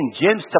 James